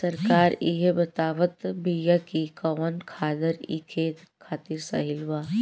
सरकार इहे बतावत बिआ कि कवन खादर ई खेत खातिर सही बा